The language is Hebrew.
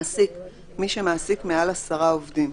התשל"א-1971, "מעסיק" מי שמעסיק מעל עשרה עובדים,